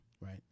right